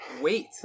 Wait